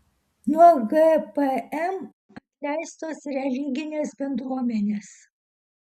nuo gpm atleistos religinės bendruomenės